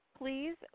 Please